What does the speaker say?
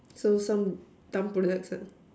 so some dumb project sets